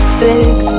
fix